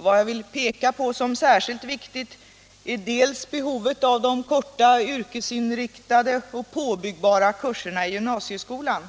Vad jag vill peka på som särskilt viktigt är dels behovet av de korta yrkesinriktade och påbyggbara kurserna i gymnasieskolan,